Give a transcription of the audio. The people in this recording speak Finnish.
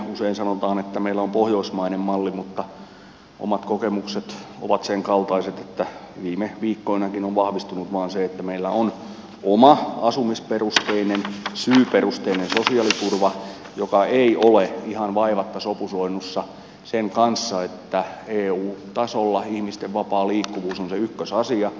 usein sanotaan että meillä on pohjoismainen malli mutta omat kokemukset ovat senkaltaiset ja viime viikkoinakin se on vahvistunut että meillä on oma asumisperusteinen syyperusteinen sosiaaliturva joka ei ole ihan vaivatta sopusoinnussa sen kanssa että eu tasolla ihmisten vapaa liikkuvuus on se ykkösasia